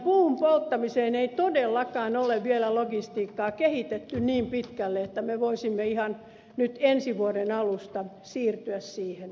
puun polttamiseen ei todellakaan ole vielä logistiikkaa kehitetty niin pitkälle että me voisimme ihan nyt ensi vuoden alusta siirtyä siihen